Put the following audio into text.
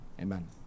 Amen